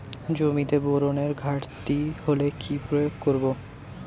জমিতে বোরনের ঘাটতি হলে কি প্রয়োগ করব?